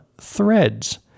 threads